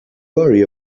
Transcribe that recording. worry